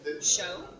show